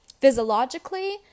physiologically